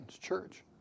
Church